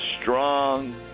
Strong